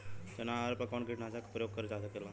चना अरहर पर कवन कीटनाशक क प्रयोग कर जा सकेला?